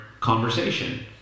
conversation